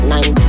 Nine